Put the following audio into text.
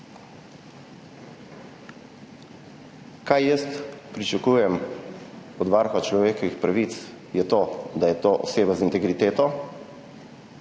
Kar jaz pričakujem od varuha človekovih pravic, je to, da je to oseba z integriteto,